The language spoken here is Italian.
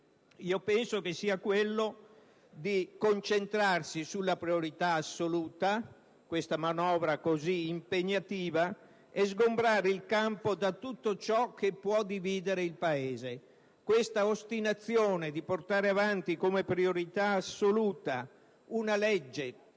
penso che sia quello di concentrarsi sulla priorità assoluta, su questa manovra così impegnativa, sgombrando il campo da tutto ciò che può dividere il Paese. Questa ostinazione nel portare avanti come priorità assoluta una